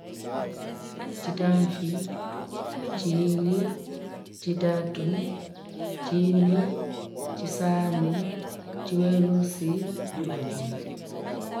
Chitamfi, chiwili, chitatu, chinne, chisaanu, chiwelusi, jumapili.